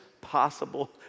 possible